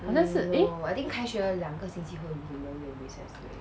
好像是 eh